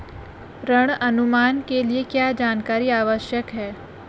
ऋण अनुमान के लिए क्या जानकारी आवश्यक है?